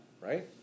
right